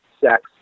sex